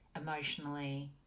emotionally